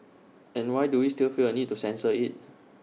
and why do we still feel A need to censor IT